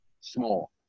small